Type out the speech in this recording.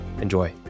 enjoy